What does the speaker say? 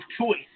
choice